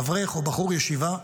אברך או בחור ישיבה.